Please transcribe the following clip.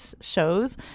shows